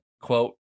quote